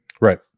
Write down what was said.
Right